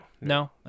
No